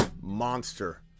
Monster